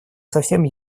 совсем